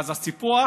אז הסיפוח